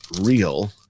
real